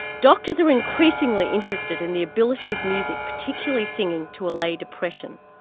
doctors are increasingly interested in the ability of music particularly singing to allay depression.